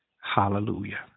Hallelujah